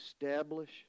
establish